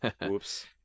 Whoops